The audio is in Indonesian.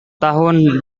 tahun